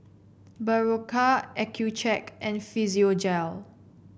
Berocca Accucheck and Physiogel